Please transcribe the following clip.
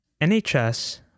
NHS